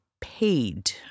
paid